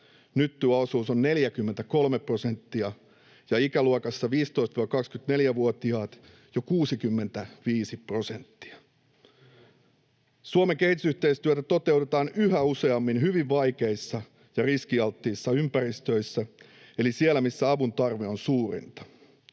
Nyt tuo osuus on 43 prosenttia ja ikäluokassa 15—24-vuotiaat jo 65 prosenttia. Suomen kehitysyhteistyötä toteutetaan yhä useammin hyvin vaikeissa ja riskialttiissa ympäristöissä eli siellä, missä avun tarve on suurinta.